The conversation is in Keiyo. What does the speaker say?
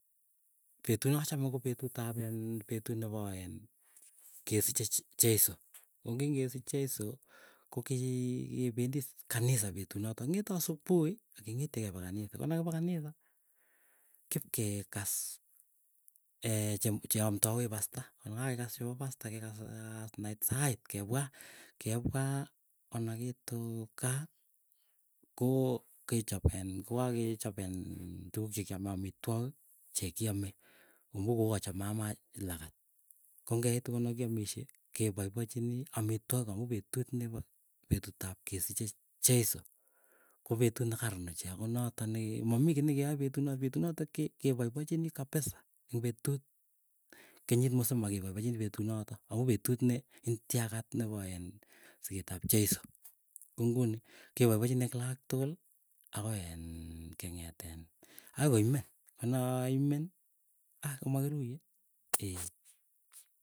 Petu nachame ko petut ap en petut nepo en kesiche cheiso. Ko ngingesich cheiso kokii, kependii kanisa petuu notok, ing'ete asubuhi akeng'etie kepe kanisa. Konakipe kanisa kipkekass cheamdawech pastor, angyekakekass chepo pastor, kekaas nait sait kepwaa. Kepwaa ko nakiituu kaa koo kechop en kokakechop en tuguk chekiame amityok chekiame. Amuu kokachop mama lagat. Kongeitu konokiamisye kepaipachini amitwok amuu petut nepa petut ab kesiche cheiso. Ko petut ne karan ochei, ako noto neke mamii kii nekeae petuno, petut notok kepaipachinii kapisa eng petut kenyit musima kepaipachinii petunotok. Amuu petut ne itiagat nepoin siket ap cheiso, ko nguni kepapachini ak laak tukul akoen keng'etin akoi koimen. Konaimen ah komakiruiye ee.